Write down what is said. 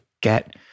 get